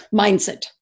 mindset